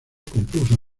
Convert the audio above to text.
compuso